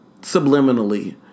subliminally